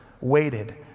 waited